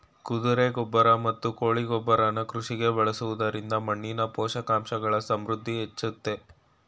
ಕುದುರೆ ಗೊಬ್ರ ಮತ್ತು ಕೋಳಿ ಗೊಬ್ರನ ಕೃಷಿಗೆ ಬಳಸೊದ್ರಿಂದ ಮಣ್ಣಿನ ಪೋಷಕಾಂಶಗಳ ಸಮೃದ್ಧಿ ಹೆಚ್ಚುತ್ತೆ